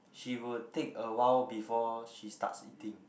she would take a while before she starts eating